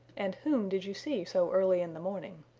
and whom did you see so early in the morning?